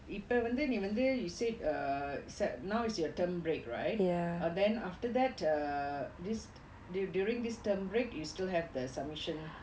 இப்போ வந்து நீ வந்து:ippo vanthu nee vanthu you said err se~ now is your term break right then after that err this du~ during this term break you still have the submission